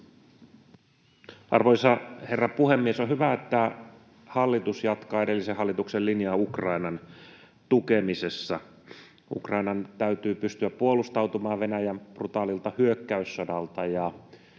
Arvoisa herra puhemies! On hyvä, että hallitus jatkaa edellisen hallituksen linjaa Ukrainan tukemisessa. Ukrainan täytyy pystyä puolustautumaan Venäjän brutaalilta hyökkäyssodalta.